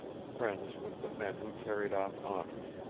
friends with the men who carried off honors,